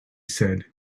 said